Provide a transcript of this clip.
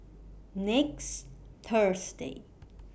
next Thursday